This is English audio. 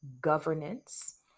governance